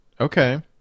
Okay